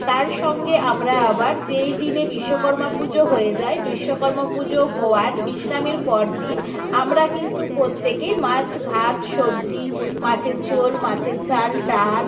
তার সঙ্গে আমরা আবার যেই দিনে বিশ্বকর্মা পুজো হয়ে যায় বিশ্বকর্মা পুজো হওয়ার বিশ্রামের পর দিন আমরা কিন্তু প্রত্যেকের মাছ ভাত সবজি মাছের ঝোল মাছের ঝাল ডাল